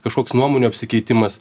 kažkoks nuomonių apsikeitimas